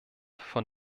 von